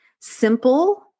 simple